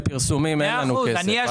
לפרסומים אין לנו כסף".